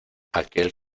aquel